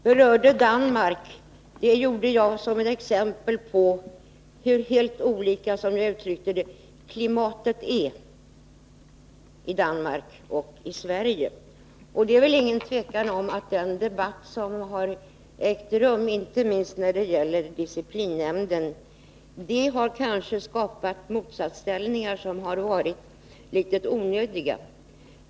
Herr talman! Jag nämnde Danmark som exempel på, som jag uttryckte det, hur helt olika klimatet är i Danmark och i Sverige. Det råder väl inget tvivel om att den debatt som har ägt rum, inte minst när det gäller disciplinnämnden, har skapat litet onödiga motsättningar.